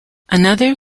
another